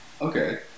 Okay